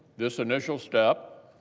this initial step